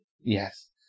Yes